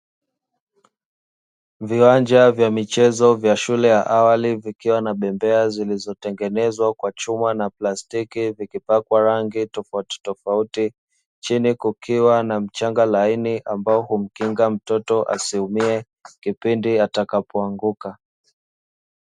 Viwanja vya michezo vya shule ya awali vikiwa na bembea zilizotengenezwa kwa chuma na plastiki vikipakwa rangi tofautitofauti, chini kukiwa na mchanga laini ambao humkinga mtoto asiumie kipindi atakapoanguka.